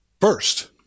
first